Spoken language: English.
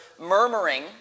murmuring